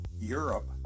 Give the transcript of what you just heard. Europe